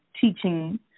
teaching